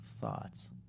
thoughts